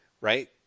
Right